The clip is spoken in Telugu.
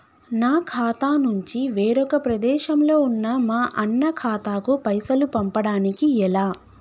నా ఖాతా నుంచి వేరొక ప్రదేశంలో ఉన్న మా అన్న ఖాతాకు పైసలు పంపడానికి ఎలా?